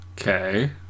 Okay